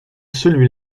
celui